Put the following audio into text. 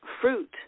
fruit